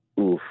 Oof